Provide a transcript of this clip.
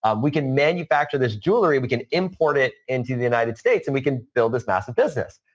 ah we can manufacture this jewelry. we can import it into the united states, and we can build this massive business.